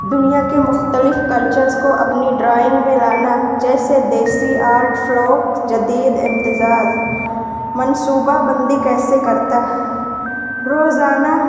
دنیا کے مختلف کلچرس کو اپنی ڈرائنگ میں لانا جیسے دیسی آرٹ فلوک جدید امتزاج منصوبہ بندی کیسے کرتا روزانہ